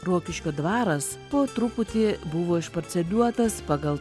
rokiškio dvaras po truputį buvo išparceliuotas pagal